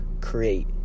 create